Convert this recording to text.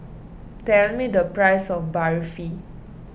tell me the price of Barfi